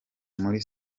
muri